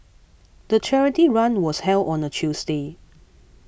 the charity run was held on a Tuesday